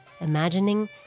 imagining